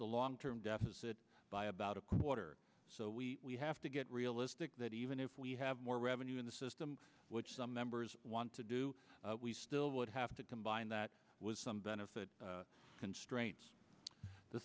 the long term deficit by about a quarter so we have to get realistic that even if we have more revenue in the system which some members want to do we still would have to come by and that was some benefit constraints the